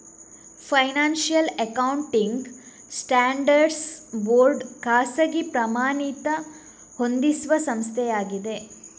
financial accounting standards board ಖಾಸಗಿ ಪ್ರಮಾಣಿತ ಹೊಂದಿಸುವ ಸಂಸ್ಥೆಯಾಗಿದೆ